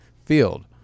field